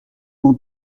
mon